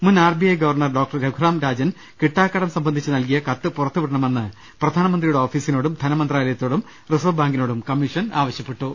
മുൻ R B I governor doctor Raghuram Rajan കിട്ടാക്കടം സംബന്ധിച്ച് നൽകിയ കത്ത് പുറത്തുവിടണമെന്ന് പ്രധാനമന്ത്രിയുടെ ഓഫീസിനോടും ധനമന്ത്രാലയത്തോടും റിസർവ്വ് ബാങ്കിനോടും കമ്മീഷൻ ആവശ്യപ്പെട്ടു